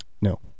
No